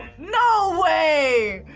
no way!